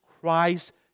Christ